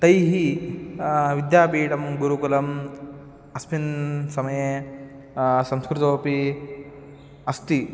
तैः विद्यापीठं गुरुकुलम् अस्मिन् समये संस्कृतमपि अस्ति